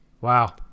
wow